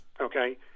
Okay